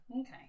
Okay